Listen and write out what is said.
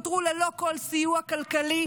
נותרו ללא כל סיוע כלכלי